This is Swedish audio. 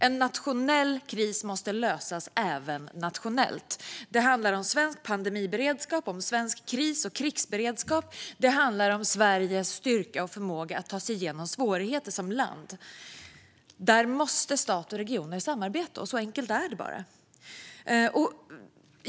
En nationell kris måste lösas även nationellt. Det handlar om svensk pandemiberedskap, om svensk kris och krigsberedskap, om Sveriges styrka och förmåga att ta sig igenom svårigheter som land. Där måste stat och regioner samarbeta. Så enkelt är det.